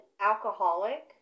alcoholic